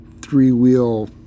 three-wheel